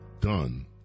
done